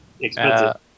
expensive